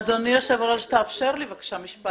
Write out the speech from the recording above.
אדוני היושב-ראש, תאפשר לי בבקשה משפט.